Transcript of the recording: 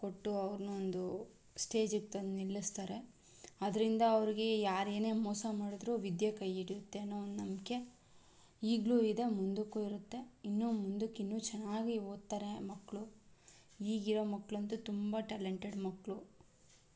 ಕೊಟ್ಟು ಅವ್ರ್ನ ಒಂದು ಸ್ಟೇಜಿಗೆ ತಂದು ನಿಲ್ಲಿಸ್ತಾರೆ ಅದರಿಂದ ಅವ್ರಿಗೆ ಯಾರೇನೇ ಮೋಸ ಮಾಡಿದ್ರೂ ವಿದ್ಯೆ ಕೈ ಹಿಡಿಯುತ್ತೆ ಅನ್ನೋ ಒಂದು ನಂಬಿಕೆ ಈಗಲೂ ಇದೆ ಮುಂದಕ್ಕೂ ಇರುತ್ತೆ ಇನ್ನೂ ಮುಂದಕ್ಕೆ ಇನ್ನೂ ಚೆನ್ನಾಗಿ ಓದ್ತಾರೆ ಮಕ್ಕಳು ಈಗಿರೋ ಮಕ್ಕಳಂತೂ ತುಂಬ ಟ್ಯಾಲೆಂಟೆಡ್ ಮಕ್ಕಳು